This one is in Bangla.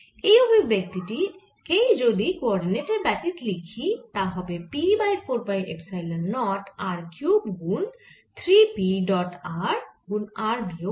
এই অভিব্যক্তি টি কেই যদি কোঅরডিনেট ব্যাতিত লিখি তা হবে P by 4 pi epsilon naught r cube গুন 3 P ডট rগুন r বিয়োগ P